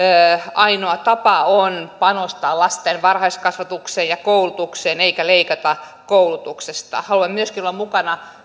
ainoa tapa on panostaa lasten varhaiskasvatukseen ja koulutukseen eikä leikata koulutuksesta haluan myöskin olla mukana